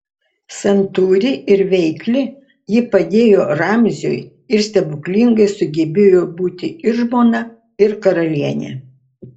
santūri ir veikli ji padėjo ramziui ir stebuklingai sugebėjo būti ir žmona ir karalienė